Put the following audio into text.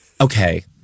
okay